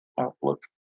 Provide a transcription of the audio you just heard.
Outlook